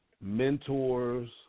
Mentors